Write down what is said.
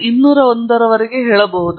ನನ್ನ test data UK